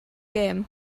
gem